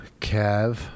Kev